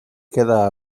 queda